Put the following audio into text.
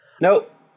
Nope